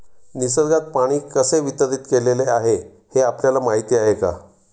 निसर्गात पाणी कसे वितरीत केलेले आहे हे आपल्याला माहिती आहे का?